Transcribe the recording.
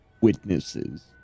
witnesses